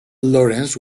lawrence